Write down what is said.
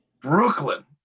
Brooklyn